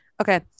Okay